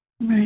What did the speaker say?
Right